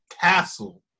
Castle